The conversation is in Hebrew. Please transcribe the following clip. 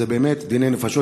זה באמת דיני נפשות,